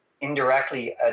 indirectly